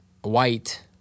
white